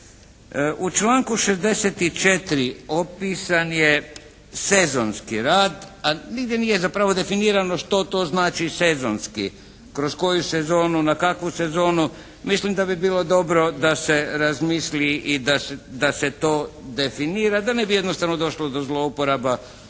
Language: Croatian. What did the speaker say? U članku 64. opisan je sezonski rad, a nigdje nije zapravo definirano što to znači sezonski, kroz koju sezonu, na kakvu sezonu. Mislim da bi bilo dobro da se razmisli i da se to definira, da ne bi jednostavno došlo do zlouporaba u